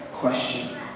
question